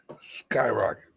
skyrocket